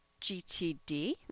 GTD